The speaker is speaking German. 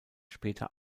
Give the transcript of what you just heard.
später